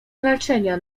znaczenia